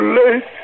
late